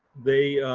they,